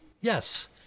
Yes